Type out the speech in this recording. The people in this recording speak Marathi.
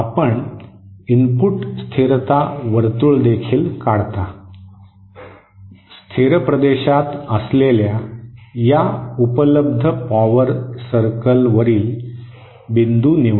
आपण इनपुट स्थिरता वर्तुळ देखील काढता स्थिर प्रदेशात असलेल्या या उपलब्ध पॉवर सर्कल वरील बिंदू निवडा